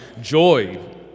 joy